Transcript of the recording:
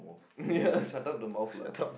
ya shut up the mouth lah